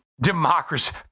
democracy